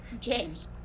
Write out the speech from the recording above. James